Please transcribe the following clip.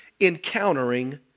encountering